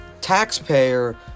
taxpayer